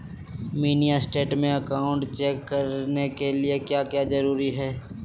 Mini state में account check करने के लिए क्या क्या जरूरी है?